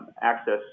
access